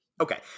okay